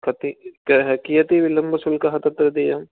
कति तेन कियती विलम्बशुल्कः तत्र देयं